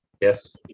Yes